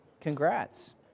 Congrats